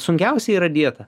sunkiausia yra dieta